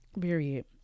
period